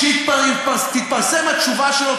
והוא לא רוצה להיות שם כשתתפרסם התשובה שלו,